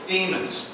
Demons